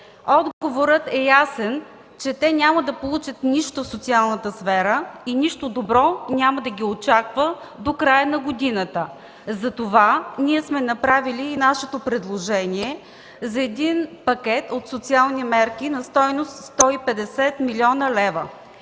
Отговорът е ясен, че те няма да получат нищо в социалната сфера и нищо добро няма да ги очаква до края на година. Затова ние сме направили нашето предложение за един пакет от социални мерки на стойност 150 млн. лв.